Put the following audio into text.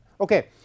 okay